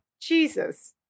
Jesus